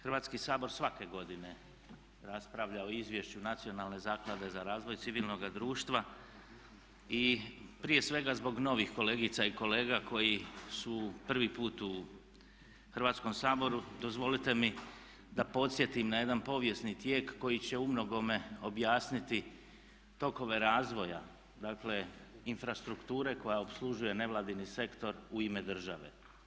Hrvatski sabor svake godine raspravlja o Izvješću Nacionalne zaklade za razvoj civilnoga društva i prije svega zbog novih kolegica i kolega koji su prvi put u Hrvatskom saboru dozvolite mi da podsjetim na jedan povijesni tijek koji će umnogome objasniti tokove razvoja, dakle infrastrukture koja opslužuje nevladin sektor u ime države.